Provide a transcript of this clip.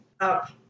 up